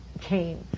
came